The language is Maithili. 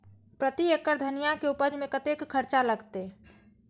प्रति एकड़ धनिया के उपज में कतेक खर्चा लगते?